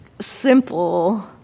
simple